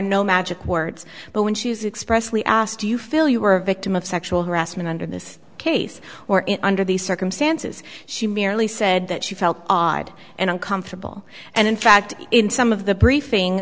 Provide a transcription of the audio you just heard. no magic words but when she is expressed we asked do you feel you were a victim of sexual harassment under this case or under the circumstances she merely said that she felt odd and uncomfortable and in fact in some of the